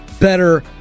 Better